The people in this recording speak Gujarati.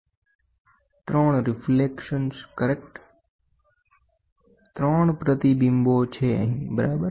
3 પ્રતિબિંબો છે બરાબર